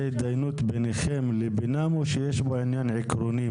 התדיינות ביניכם לבינם או שיש פה עניין עקרוני,